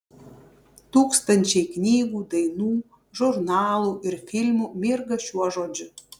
tūkstančiai knygų dainų žurnalų ir filmų mirga šiuo žodžiu